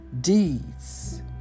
deeds